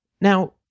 Now